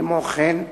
כמו כן,